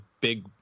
big